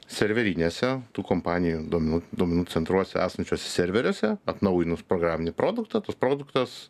serverinėse tų kompanijų duomenų duomenų centruose esančiuose serveriuose atnaujinus programinį produktą tas produktas